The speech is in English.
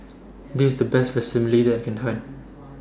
This IS The Best Vermicelli that I Can Find